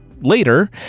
later